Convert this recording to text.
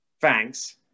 Thanks